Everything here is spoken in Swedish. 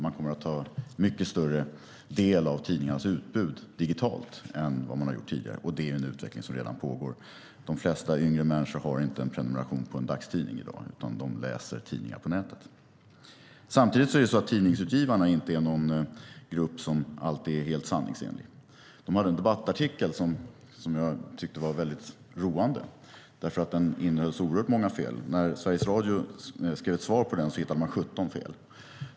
Man kommer att ta del av tidningarnas utbud digitalt i mycket större utsträckning än vad man har gjort tidigare, och det är en utveckling som redan pågår. De flesta yngre människor har inte en prenumeration på en dagstidning i dag, utan de läser tidningar på nätet. Samtidigt är tidningsutgivarna inte alltid en grupp som är helt sanningsenlig. De hade en debattartikel som jag tyckte var väldigt roande, därför att den innehöll så oerhört många fel. När Sveriges Radio skrev ett svar på den hittade man 17 fel.